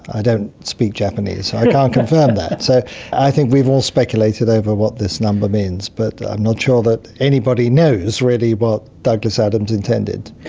i don't speak japanese so i can't confirm that. so i think we've all speculated over what this number means, but i'm not sure that anybody knows really what but douglas adams intended.